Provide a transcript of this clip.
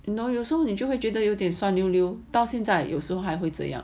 you know you also 你就会觉得有点酸溜溜到现在有时候还会怎样